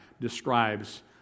describes